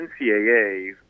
NCAA